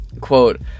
Quote